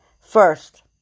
First